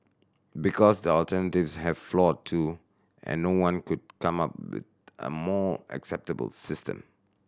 because the alternatives have flaw too and no one could come up with a more acceptable system